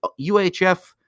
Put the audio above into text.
UHF